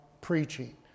preaching